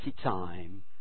time